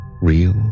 Real